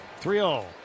3-0